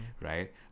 right